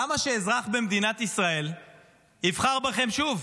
למה שאזרח במדינת ישראל יבחר בכם שוב?